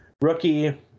rookie